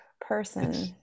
person